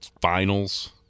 finals